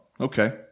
okay